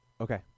Okay